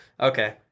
Okay